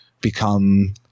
become –